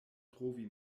trovi